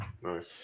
Nice